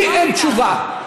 לי אין תשובה.